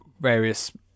various